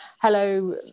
Hello